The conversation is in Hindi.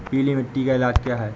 पीली मिट्टी का इलाज क्या है?